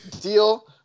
deal